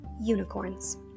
unicorns